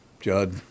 Judd